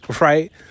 right